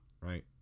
right